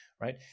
right